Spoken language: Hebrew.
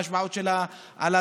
מה ההשפעות על הזוכים.